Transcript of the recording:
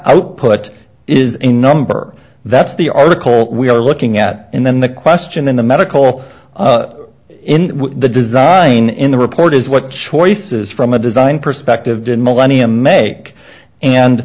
output is a number that's the article we are looking at and then the question in the medical in the design in the report is what choices from a design perspective did millennia make and